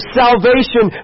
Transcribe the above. salvation